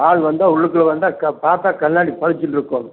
ஆள் வந்தால் உள்ளுக்குள்ளே வந்தால் பார்த்தா கண்ணாடி பளிச்சுன்னு இருக்கணும்